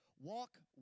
Walk